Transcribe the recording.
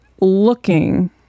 looking